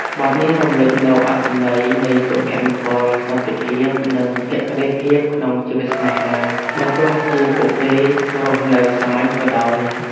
បទនេះរំលេចនូវអត្ថន័យនៃសុភមង្គល សន្តិភាព និងភក្តីភាពក្នុងជីវិតស្នេហា បើទោះជាពួកគេរស់នៅសាមញ្ញក៏ដោយ។